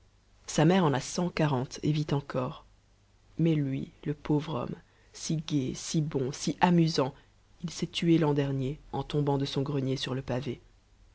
sa mère en a cent quarante et vit encore mais lui le pauvre homme si gai si bon si amusant il s'est tué l'an dernier en tombant de son grenier sur le pavé